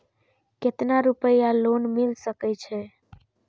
केतना रूपया लोन मिल सके छै?